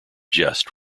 jest